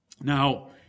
Now